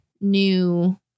new